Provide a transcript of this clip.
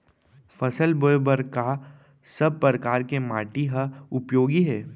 फसल बोए बर का सब परकार के माटी हा उपयोगी हे?